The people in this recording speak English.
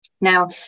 Now